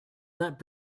not